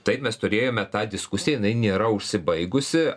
taip mes turėjome tą diskusiją jinai nėra užsibaigusi